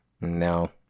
no